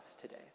today